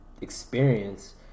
experience